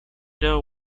now